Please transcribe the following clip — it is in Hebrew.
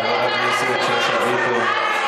חברת הכנסת שאשא ביטון.